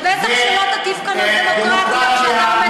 ובטח שלא תטיף כאן על דמוקרטיה כשאתה עומד כאן על הדוכן.